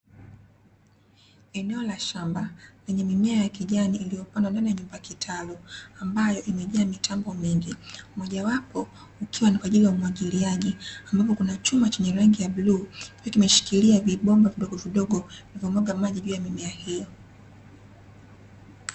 Eneo la shamba lenye mimea ya kijani iliyopandwa ndani ya nyumba kitalu ambayo imejaa mitambo mingi, moja wapo ikiwa ni kwa ajili ya umwagiliaji ambapo kuna chuma chenye rangi ya bluu, kikiwa kimeshikilia vibomba vidogovidogo vinavyomwaga maji juu ya mimea hiyo.